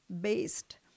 based